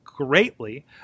greatly